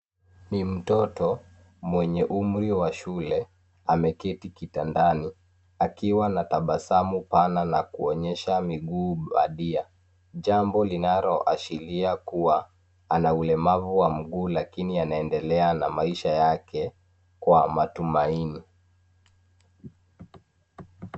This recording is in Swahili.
Ni mtoto mwenye umri wa shule ameketi kitandani, akiwa na tabasamu pana na kuonyesha miguu bandia. Jambo linaloashiria kuwa ana ulemavu wa mguu lakini anaendelea na maisha yake kwa matumaini.